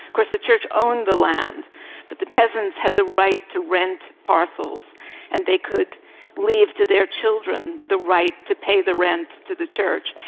course the church owned the land but the peasants had the right to rent parcels and they could leave to their children the right to pay the rent to the church.